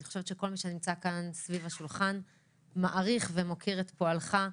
אני חושבת שכל מי שנמצא כאן סביב השולחן מעריך ומוקיר את פועלך,